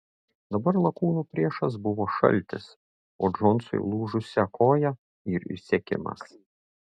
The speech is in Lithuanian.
dabar lakūnų priešas buvo šaltis o džonsui lūžusia koja ir išsekimas